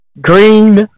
Green